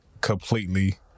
completely